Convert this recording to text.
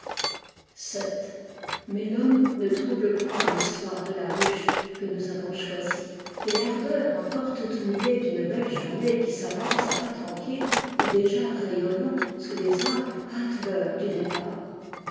mais l'homme ne trouble point thistoire de la ruche que nous avons choisie et l'ardeur encore toute mouillée d'une belle journée qui s'avance à pas tranquilles et déjà rayonnants sous les arbres hâte theure du départ